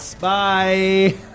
Bye